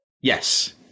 Yes